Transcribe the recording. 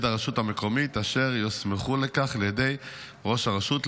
הרשות המקומית אשר יוסמך לכך על ידי ראש הרשות.